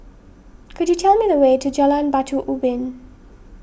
could you tell me the way to Jalan Batu Ubin